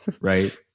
right